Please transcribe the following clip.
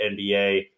NBA